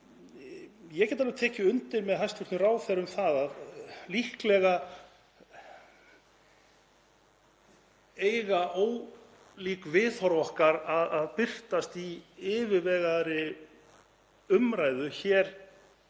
Ég get alveg tekið undir með hæstv. ráðherra um að líklega eiga ólík viðhorf okkar að birtast í yfirvegaðri umræðu hér